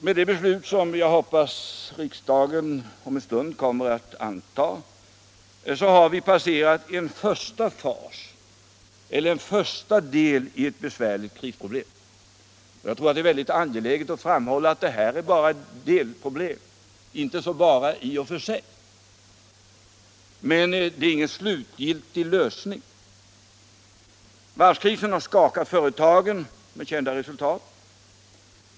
Med det beslut som jag hoppas att riksdagen om en stund kommer att fatta har vi passerat en första del av ett besvärligt krisproblem. Jag tycker det är angeläget att framhålla att detta bara är ett delproblem — dock inte så ”bara” i och för sig — men det är ingen slutgiltig lösning. Varvskrisen har skakat företagen, med kända resultat.